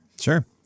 Sure